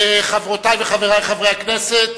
חברותי וחברי חברי הכנסת,